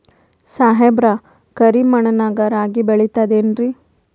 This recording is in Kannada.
ಸಾಹೇಬ್ರ, ಕರಿ ಮಣ್ ನಾಗ ರಾಗಿ ಬೆಳಿತದೇನ್ರಿ?